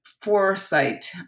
foresight